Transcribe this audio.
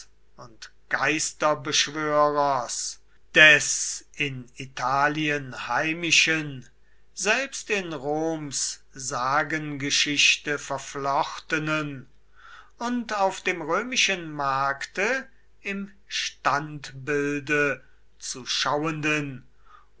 und geisterbeschwörers des in italien heimischen selbst in roms sagengeschichte verflochtenen und auf dem römischen markte im standbilde zu schauenden